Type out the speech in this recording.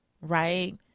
right